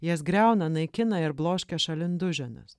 jas griauna naikina ir bloškia šalin duženas